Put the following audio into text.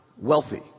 wealthy